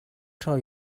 told